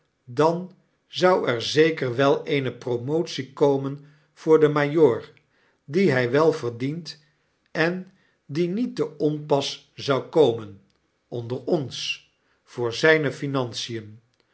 dan zou er zeker wel eene promotie komen voor den majoor die hy wel verdient en die niette onpas zou komen onder ons voor zyne financier